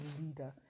leader